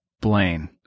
Blaine